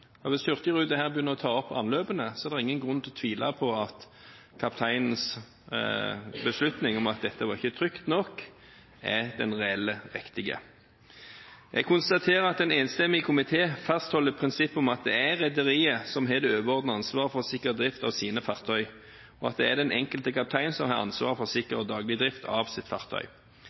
vært. Hvis Hurtigruten begynner å ta opp anløpene, er det ingen grunn til å tvile på at kapteinens beslutning om at dette ikke var trygt nok, er den reelle, riktige. Jeg konstaterer at en enstemmig komité fastholder prinsippet om at det er rederiet som har det overordnede ansvaret for sikker drift av sine fartøy, og at det er den enkelte kaptein som har ansvaret for sikker og daglig drift av sitt fartøy.